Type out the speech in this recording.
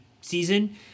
season